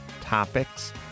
topics